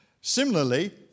Similarly